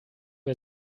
bei